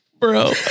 Bro